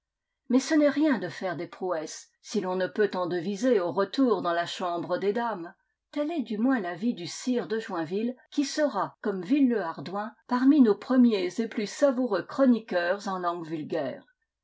mais ce n'est rien de faire des prouesses si l'on ne peut en deviser au retour dans la chambre des dames tel est du moins l'avis du sire de joinville qui sera comme villehardouin parmi nos premiers et plus savoureux chroniqueurs en langue vulgaire